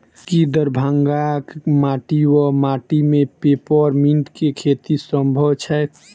की दरभंगाक माटि वा माटि मे पेपर मिंट केँ खेती सम्भव छैक?